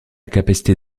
capacité